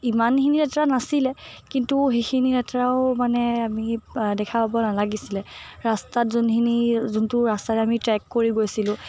ইমানখিনি লেতেৰা নাছিলে কিন্তু সেইখিনি লেতেৰাও মানে আমি দেখা পাব নালাগিছিলে ৰাস্তাত যোনখিনি যোনটো ৰাস্তাত আমি ট্ৰেক কৰি গৈছিলোঁ